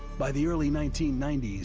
by the early nineteen ninety s,